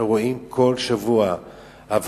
אנחנו רואים כל שבוע הפגנות,